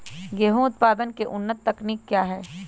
गेंहू उत्पादन की उन्नत तकनीक क्या है?